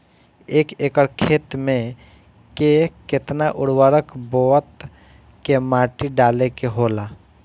एक एकड़ खेत में के केतना उर्वरक बोअत के माटी डाले के होला?